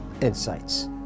insights